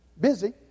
busy